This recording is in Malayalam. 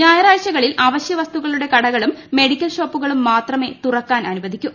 ഞായറാഴ്ചകളിൽ അവശ്യവസ്തുക്കളുടെ കടകളും മെഡിക്കൽ ഷോപ്പുകളും മാത്രമേ തുറക്കാൻ അനുവദിക്കൂ